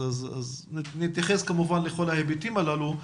אז נתייחס כמובן לכל ההיבטים הללו.